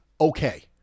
okay